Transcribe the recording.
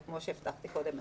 כמו שהבטחתי קודם,